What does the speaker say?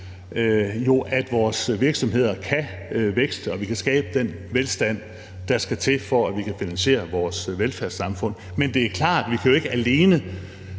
at vores virksomheder kan vækste, og at vi kan skabe den velstand, der skal til, for at vi kan finansiere vores velfærdssamfund. Men det er klart, at vi ikke alene